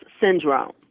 syndrome